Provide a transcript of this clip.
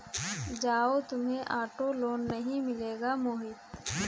जाओ, तुम्हें auto loan नहीं मिलेगा मोहित